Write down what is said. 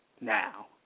now